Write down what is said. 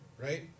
right